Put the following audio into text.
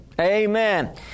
Amen